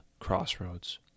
Crossroads